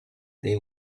they